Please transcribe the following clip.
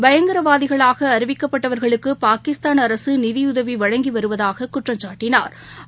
பயங்கரவாதிகளாக அறிவிக்கப்பட்வா்களுக்கு பாகிஸ்தான் அரசு நிதியுதவி வழங்கி வருவதாக குற்றம் சாட்டினாா்